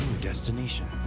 destination